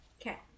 okay